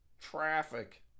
Traffic